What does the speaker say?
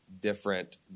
different